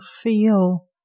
feel